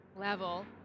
level